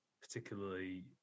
particularly